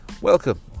Welcome